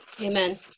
Amen